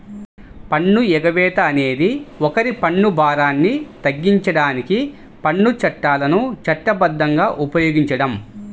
పన్ను ఎగవేత అనేది ఒకరి పన్ను భారాన్ని తగ్గించడానికి పన్ను చట్టాలను చట్టబద్ధంగా ఉపయోగించడం